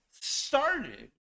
started